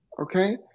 okay